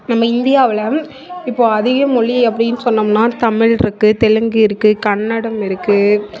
நம்ம இந்தியாவில் இப்போ அதிகம் மொழி அப்படின்னு சொன்னோம்ன்னா தமிழ் இருக்கு தெலுங்கு இருக்கு கன்னடம் இருக்கு